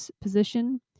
position